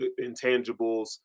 intangibles